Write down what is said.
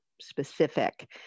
specific